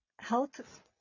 health